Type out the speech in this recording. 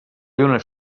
lluna